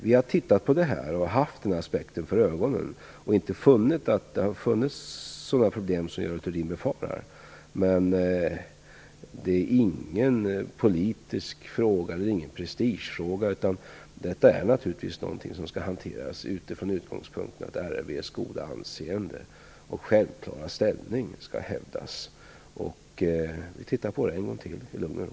Vi har tittat på det här och haft den här aspekten för ögonen, men vi har inte funnit sådana problem som Görel Thurdin befarar. Det här är ingen politisk fråga eller någon prestigefråga. Detta är naturligtvis någonting som skall hanteras med utgångspunkt i att RRV:s goda anseende och självklara ställning skall hävdas. Vi skall titta på detta en gång till i lugn och ro.